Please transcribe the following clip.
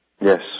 Yes